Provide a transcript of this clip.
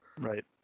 Right